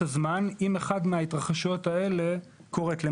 הזמן אם אחד מההתרחשויות האלה קורית.